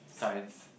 signs